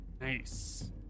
Nice